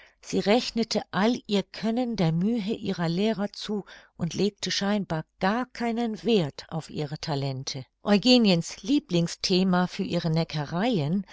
sie rechnete all ihr können der mühe ihrer lehrer zu und legte scheinbar gar keinen werth auf ihre talente eugeniens lieblingsthema für ihre neckereien